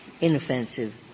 inoffensive